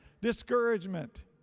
discouragement